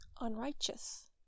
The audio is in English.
unrighteous